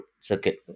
circuit